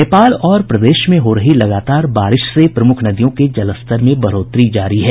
नेपाल और प्रदेश में हो रही लगातार वर्षा से प्रमुख नदियों के जलस्तर में बढ़ोतरी जारी है